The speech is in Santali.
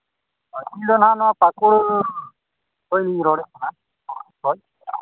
ᱤᱧᱫᱚ ᱦᱟᱸᱜ ᱱᱚᱣᱟ ᱯᱟᱠᱩᱲ ᱠᱷᱚᱱᱤᱧ ᱨᱚᱲᱮᱫ ᱠᱟᱱᱟ ᱦᱳᱭ